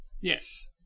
Yes